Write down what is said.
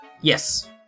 Yes